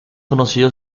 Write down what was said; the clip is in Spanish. conocido